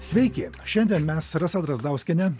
sveiki šiandien mes su rasa drazdauskiene